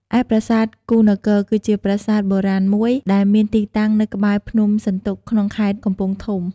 ឯប្រាសាទគូហ៍នគរ គឺជាប្រាសាទបុរាណមួយដែលមានទីតាំងនៅក្បែរភ្នំសន្ទុក ក្នុងខេត្តកំពង់ធំ។